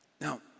Now